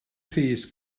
crys